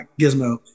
Gizmo